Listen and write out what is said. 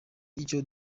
icyo